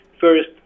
first